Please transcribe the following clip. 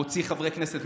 מוציא חברי כנסת.